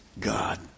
God